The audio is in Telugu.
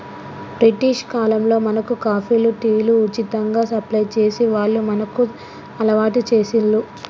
బ్రిటిష్ కాలంలో మనకు కాఫీలు, టీలు ఉచితంగా సప్లై చేసి వాళ్లు మనకు అలవాటు చేశిండ్లు